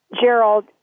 Gerald